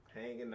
hanging